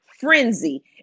frenzy